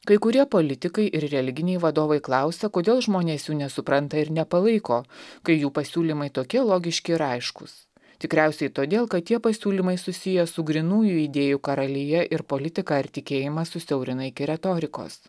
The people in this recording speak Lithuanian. kai kurie politikai ir religiniai vadovai klausia kodėl žmonės jų nesupranta ir nepalaiko kai jų pasiūlymai tokie logiški ir aiškūs tikriausiai todėl kad tie pasiūlymai susiję su grynųjų idėjų karalija ir politiką ar tikėjimą susiaurina iki retorikos